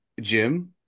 Jim